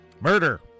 Murder